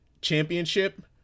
championship